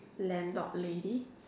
landlord lady